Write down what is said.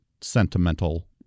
sentimental